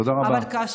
תודה רבה.